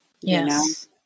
Yes